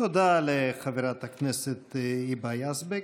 תודה לחברת הכנסת היבה יזבק.